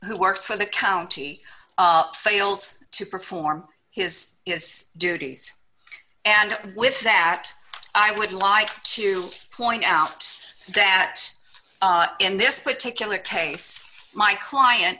who works for the county fails to perform his is duties and with that i would like to point out that in this particular case my client